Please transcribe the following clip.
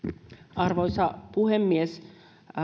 arvoisa puhemies